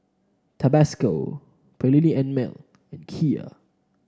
Tabasco Perllini and Mel and Kia